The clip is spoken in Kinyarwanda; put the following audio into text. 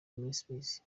ministries